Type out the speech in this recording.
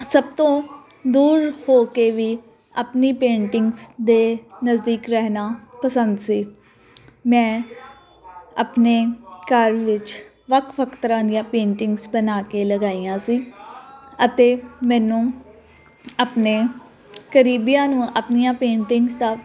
ਸਭ ਤੋਂ ਦੂਰ ਹੋ ਕੇ ਵੀ ਆਪਣੀ ਪੇਂਟਿੰਗਸ ਦੇ ਨਜ਼ਦੀਕ ਰਹਿਣਾ ਪਸੰਦ ਸੀ ਮੈਂ ਆਪਣੇ ਘਰ ਵਿੱਚ ਵੱਖ ਵੱਖ ਤਰ੍ਹਾਂ ਦੀਆਂ ਪੇਂਟਿੰਗਸ ਬਣਾ ਕੇ ਲਗਾਈਆਂ ਸੀ ਅਤੇ ਮੈਨੂੰ ਆਪਣੇ ਕਰੀਬੀਆਂ ਨੂੰ ਆਪਣੀਆਂ ਪੇਂਟਿੰਗਸ ਦਾ